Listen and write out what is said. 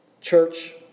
Church